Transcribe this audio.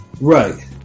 Right